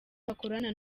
bakora